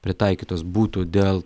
pritaikytos būtų dėl